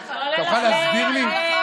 אתה מוכן להסביר לי?